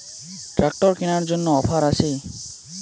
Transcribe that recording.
Tractor কেনার জন্য offer আছে?